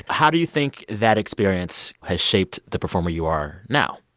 how do you think that experience has shaped the performer you are now?